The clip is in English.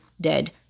dead